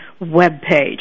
webpage